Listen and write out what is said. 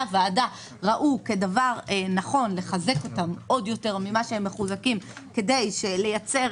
הוועדה ראו כדבר נכון לחזק אותם עוד יותר ממה שהם מחוזקים כדי לייצר